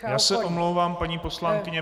Já se omlouvám, paní poslankyně.